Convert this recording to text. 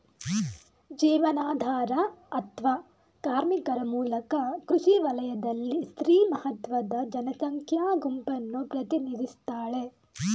ಜೀವನಾಧಾರ ಅತ್ವ ಕಾರ್ಮಿಕರ ಮೂಲಕ ಕೃಷಿ ವಲಯದಲ್ಲಿ ಸ್ತ್ರೀ ಮಹತ್ವದ ಜನಸಂಖ್ಯಾ ಗುಂಪನ್ನು ಪ್ರತಿನಿಧಿಸ್ತಾಳೆ